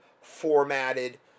formatted